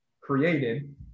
created